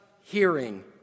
hearing